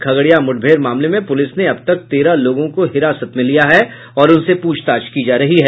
खगड़िया मुठभेड़ मामले में पुलिस ने अब तक तेरह लोगों को हिरासत में लिया है और उनसे प्रछताछ की जा रही है